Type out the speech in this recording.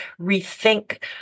rethink